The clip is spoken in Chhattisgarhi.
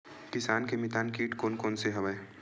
किसान के मितान कीट कोन कोन से हवय?